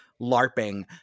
larping